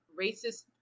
racist